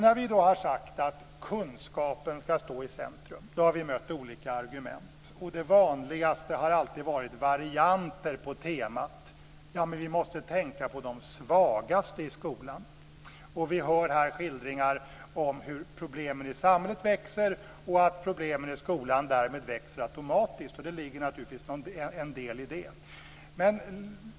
När vi har sagt att kunskapen skall stå i centrum har vi mött olika argument. Det vanligaste har alltid varit varianter på temat: Men vi måste tänka på de svagaste i skolan. Vi hör här skildringar om hur problemen i samhället växer och att problemen i skolan därmed växer automatiskt. Det ligger naturligtvis en del i det.